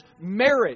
merit